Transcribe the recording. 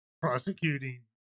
prosecuting